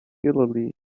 peculiarly